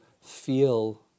feel